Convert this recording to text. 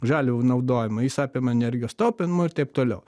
žaliavų naudojimą jis apima energijos taupymą ir taip toliau